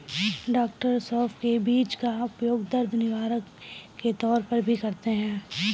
डॉ सौफ के बीज का उपयोग दर्द निवारक के तौर पर भी करते हैं